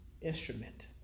instrument